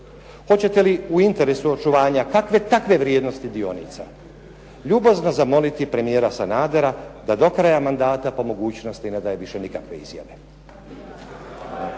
hoćete li u interesu očuvanja kakve takve vrijednosti dionica, ljubazno zamoliti premijera Sanadera da do kraja mandata po mogućnosti ne daje više nikakve izjave.